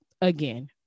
again